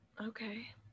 okay